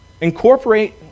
incorporate